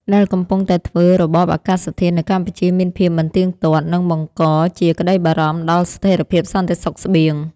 ដែលកំពុងតែធ្វើឱ្យរបបអាកាសធាតុនៅកម្ពុជាមានភាពមិនទៀងទាត់ និងបង្កជាក្តីបារម្ភដល់ស្ថិរភាពសន្តិសុខស្បៀង។